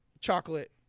chocolate